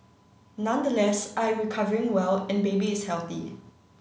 nonetheless I recovering well and baby is healthy